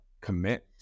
commit